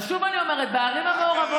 אבל שוב אני אומרת: בערים המעורבות,